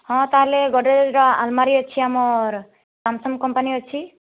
ହଁ ତା'ହେଲେ ଗଡ଼୍ରେଜର ଆଲ୍ମାରି ଅଛି ଆମର ସାମସଙ୍ଗ୍ କମ୍ପାନୀ ଅଛି